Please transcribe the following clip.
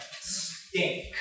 stink